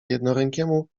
jednorękiemu